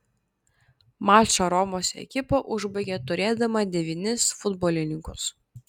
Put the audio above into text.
mačą romos ekipa užbaigė turėdama devynis futbolininkus